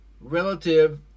relative